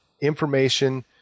information